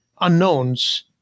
unknowns